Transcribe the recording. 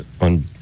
on